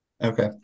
Okay